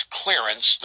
clearance